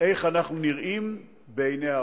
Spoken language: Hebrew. איך אנחנו נראים בעיני העולם.